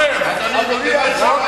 החוק קובע